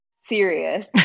serious